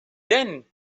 then